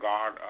God